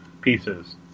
pieces